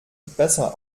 besser